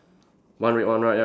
one red one white right